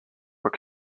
were